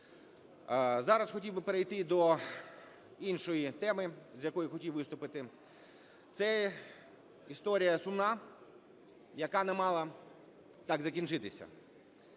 Зараз хотів би перейти до іншої теми, з якою хотів виступити, це історія сумна, яка не мала так закінчитися,